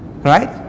Right